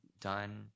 done